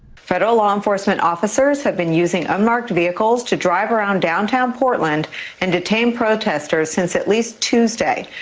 federal law enforcement officers have been using unmarked vehicles to drive around downtown portland and detain protesters since at least tuesday.